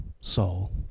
soul